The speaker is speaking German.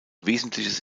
wesentliches